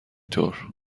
طور